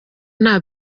nta